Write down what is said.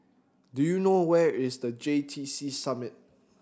do you know where is The J T C Summit